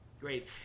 Great